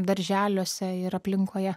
darželiuose ir aplinkoje